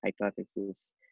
hypothesis